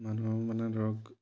মানুহক মানে ধৰক